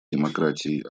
демократией